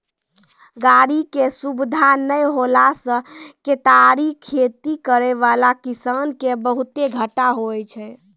गाड़ी के सुविधा नै होला से केतारी खेती करै वाला किसान के बहुते घाटा हुवै छै